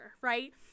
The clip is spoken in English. right